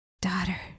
Daughter